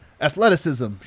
athleticism